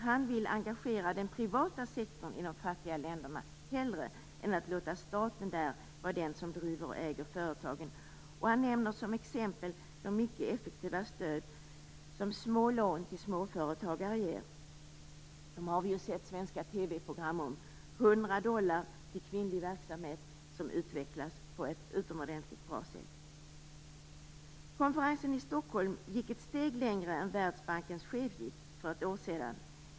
Han vill engagera den privata sektorn i de fattiga länderna hellre än att låta staten vara den som driver och äger företagen. Han nämner som exempel det mycket effektiva stöd som små lån till småföretagare ger. Det har vi sett svenska TV-program om. 100 dollar till kvinnlig verksamhet som utvecklats på ett utomordentligt bra sätt. Konferensen i Stockholm gick ett steg längre än Världsbankens chef gjorde för ett år sedan.